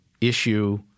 issue